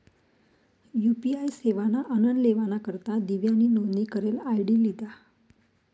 UPI सेवाना आनन लेवाना करता दिव्यानी नोंदनी करेल आय.डी लिधा